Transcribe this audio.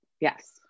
Yes